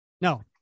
No